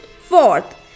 fourth